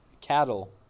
cattle